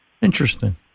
Interesting